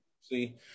see